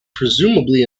presumably